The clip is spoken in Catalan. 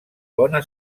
bona